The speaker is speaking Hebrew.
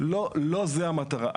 לא זו המטרה.